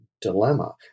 dilemma